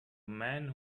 man